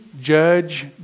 judge